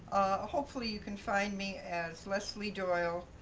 hopefully you can find me as leslie doyle,